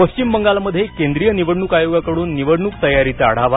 पश्चिम बंगालमध्ये केंद्रीय निवडणूक आयोगाकडून निवडणूक तयारीचा आढावा